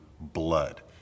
blood